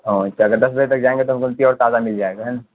اوہ اچھا اگر دس بجے تک جائیں گے تو اور تازہ مل جائے گا ہے نا